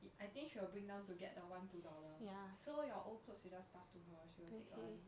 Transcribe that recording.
it I think she will bring down to get the one two dollar so your old clothes you just pass it to her she will take [one]